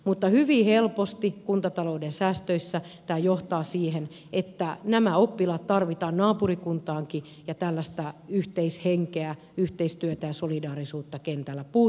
mutta hyvin helposti kuntatalouden säästöissä tämä johtaa siihen että oppilaat tarvitaan naapurikuntaankin ja tällaista yhteishenkeä yhteistyötä ja solidaarisuutta kentältä puuttuisi